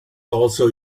also